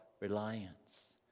reliance